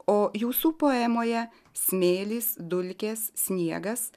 o jūsų poemoje smėlis dulkės sniegas